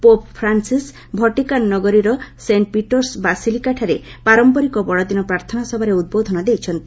Pope Francis Vatican ନଗରୀରର Saint Peter's ବାସିଲିକାଠାରେ ପାରମ୍ପରିକ ବଡ଼ଦିନ ପାର୍ଥନା ସଭାରେ ଉଦ୍ବୋଧନ ଦେଇଛନ୍ତି